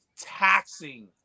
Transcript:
taxing